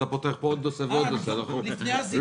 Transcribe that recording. אתה פותח פה עוד נושא ועוד נושא ולא נסיים.